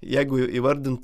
jeigu įvardint